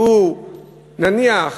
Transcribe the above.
שהוא נניח